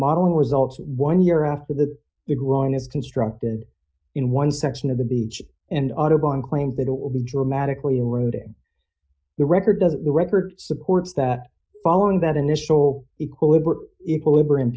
model results one year after the the growing is constructed in one section of the beach and audubon claims that it will be dramatically eroding the record doesn't record supports that following that initial equilibrium equilibrium